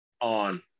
on